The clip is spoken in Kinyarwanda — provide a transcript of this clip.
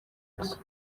maso